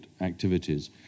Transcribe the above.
activities